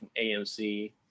AMC